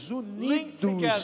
unidos